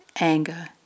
anger